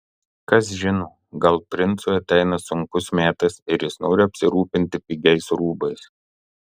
kas žino gal princui ateina sunkus metas ir jis nori apsirūpinti pigiais rūbais